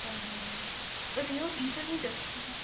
जागोन जागोन दे ओरैनो बबेनिफ्राय बुंदों नोंथाङा